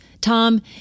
Tom